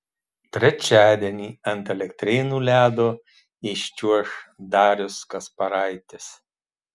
trečiadienį ant elektrėnų ledo iščiuoš darius kasparaitis